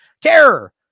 Terror